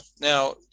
Now